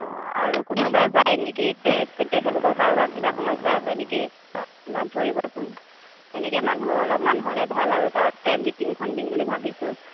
অ আৰু কোনোবা যায় নেকি তেখে তেখেতলোকৰ কাৰোবাৰ কিবা সমস্যা আছে নেকি লগ ধৰিবচোন তেনেকৈ মানুহ অলপমান হ'লে ভাল আৰু তাতে মিটিঙখন দিম বুলি ভাবিছোঁ